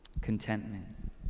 contentment